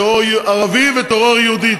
טרור ערבי וטרור יהודי,